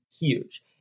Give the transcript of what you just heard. huge